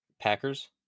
Packers